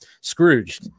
Scrooge